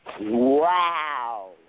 Wow